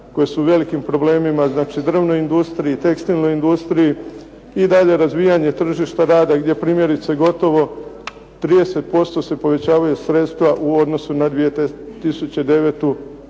koje su u velikim problemima, znači drvnoj industriji, tekstilnoj industriji i dalje razvijanje tržišta rada gdje primjerice gotovo 30% se povećavaju sredstva u odnosu na 2009. godinu